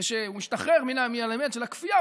כשהוא משתחרר מהאלמנט של הכפייה,